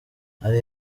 hari